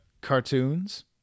Cartoons